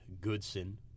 Goodson